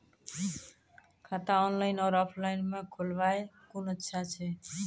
खाता ऑनलाइन और ऑफलाइन म खोलवाय कुन अच्छा छै?